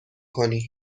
کنی